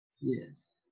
yes